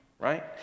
Right